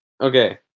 okay